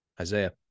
Isaiah